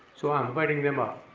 so i'm inviting them up.